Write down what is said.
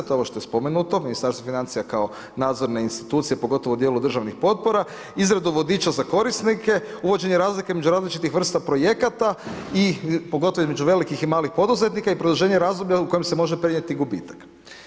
To je ovo što je spomenuto, Ministarstvo financija kao nadzorna institucija pogotovo u dijelu državnih potpora, izradu vodiča za korisnike, uvođenje razlike između različitih vrsta projekata i pogotovo između velikih i malih poduzetnika i produženje razdoblja u kojem se može prenijeti gubitak.